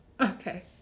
okay